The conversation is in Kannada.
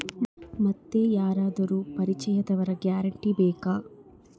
ಮತ್ತೆ ಯಾರಾದರೂ ಪರಿಚಯದವರ ಗ್ಯಾರಂಟಿ ಬೇಕಾ?